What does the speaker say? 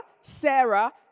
Sarah